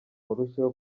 barusheho